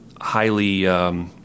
highly